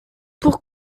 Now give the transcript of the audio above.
pour